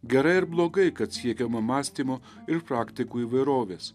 gerai ar blogai kad siekiama mąstymo ir praktikų įvairovės